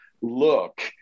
look